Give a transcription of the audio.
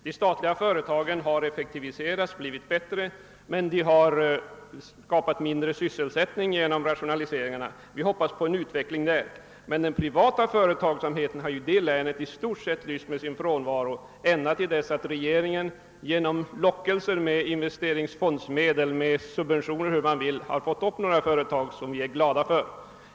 De statliga företagen har effektiviserats och blivit bättre, men de har gett mindre sysselsättning genom rationaliseringarna. Vi hoppas på en fortsatt utveckling av dem. Men den privata företagsamheten i länet har i stort sett lyst med sin frånvaro ända till dess att regeringen genom lockelse med investeringsfondsmedel, med subventioner eller hur man vill beteckna det, har fått upp några företag som vi är glada för.